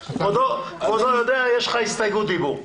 כבודו יודע, יש לך הסתייגות דיבור.